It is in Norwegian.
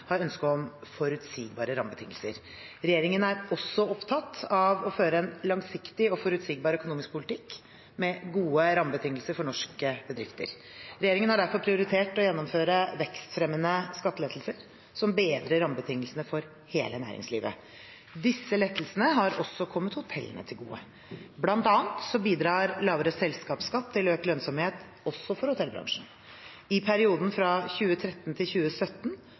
har ønske om forutsigbare rammebetingelser. Regjeringen er også opptatt av å føre en langsiktig og forutsigbar økonomisk politikk, med gode rammebetingelser for norske bedrifter. Regjeringen har derfor prioritert å gjennomføre vekstfremmende skattelettelser som bedrer rammebetingelsene for hele næringslivet. Disse lettelsene har også kommet hotellene til gode. Blant annet bidrar lavere selskapsskatt til økt lønnsomhet også for hotellbransjen. I perioden fra 2013 til 2017